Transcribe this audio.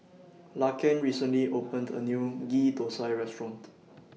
Laken recently opened A New Ghee Thosai Restaurant